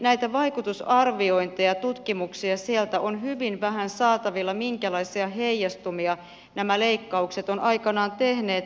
näitä vaikutusarviointeja ja tutkimuksia sieltä on hyvin vähän saatavilla siitä minkälaisia heijastumia nämä leikkaukset ovat aikanaan tehneet